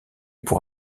pour